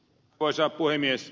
arvoisa puhemies